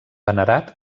venerat